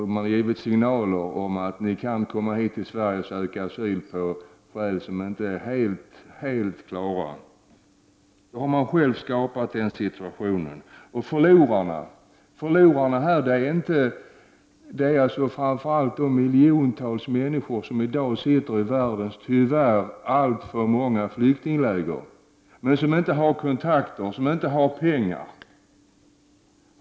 Det har givits signaler om att människor kan komma till Sverige och söka asyl, även om de har skäl som inte är helt klara. Regeringen har själv skapat denna situation. Förlorarna i detta sammanhang är framför allt de miljoner människor som sitter i världens tyvärr alltför många flyktingläger, men som inte har kontakter eller pengar.